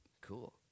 Cool